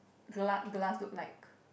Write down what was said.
glass glass look like